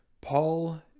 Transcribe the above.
paul